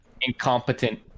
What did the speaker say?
Incompetent